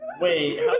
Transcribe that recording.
Wait